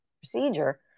procedure